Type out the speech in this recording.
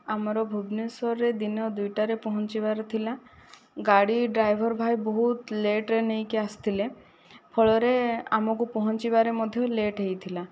ଆମର ଭୁବନେଶ୍ୱରରେ ଦିନ ଦୁଇଟାରେ ପହଞ୍ଚିବାର ଥିଲା ଗାଡ଼ି ଡ୍ରାଇଭର ଭାଇ ବହୁତ ଲେଟରେ ନେଇକି ଆସିଥିଲେ ଫଳରେ ଆମକୁ ପହଞ୍ଚିବାରେ ମଧ୍ୟ ଲେଟ ହୋଇଥିଲା